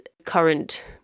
current